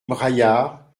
braillard